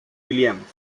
williams